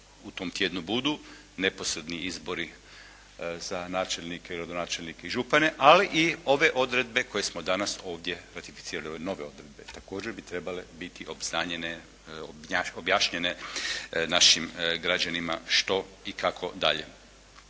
u tom tjednu budu neposredni izbori za načelnike, gradonačelnike i župane ali i ove odredbe koje smo danas ovdje ratificirali, ove nove odredbe također bi trebale biti obznanjene, objašnjene našim građanima što i kako dalje.